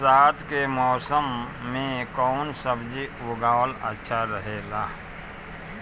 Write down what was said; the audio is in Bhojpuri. कम बरसात के मौसम में कउन सब्जी उगावल अच्छा रहेला?